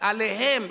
עליהם,